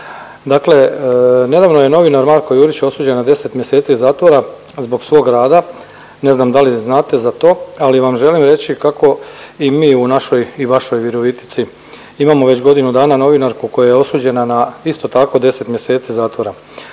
Dakle, nedavno je novinar Marko Jurić osuđen na 10 mjeseci zatvora zbog svog rada. Ne znam da li znate za to, ali vam želim reći kako i mi u našoj i vašoj Virovitici imamo već godinu dana novinarku koja je osuđena na isto tako 10 mjeseci zatvora.